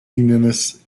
unionist